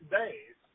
days